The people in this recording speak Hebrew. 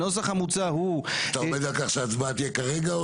הנוסח המוצע הוא --- אתה עומד על כך שההצבעה תהיה כרגע?